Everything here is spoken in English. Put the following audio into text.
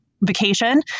vacation